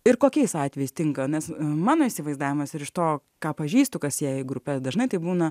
ir kokiais atvejais tinka nes mano įsivaizdavimas ir iš to ką pažįstu kas ėję į grupę dažnai taip būna